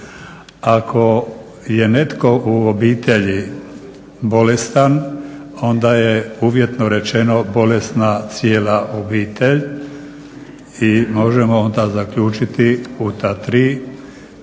Ako je netko u obitelji bolestan onda je uvjetno rečeno bolesna cijela obitelj i možemo onda zaključiti u ta 3, sve